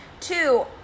Two